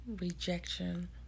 rejection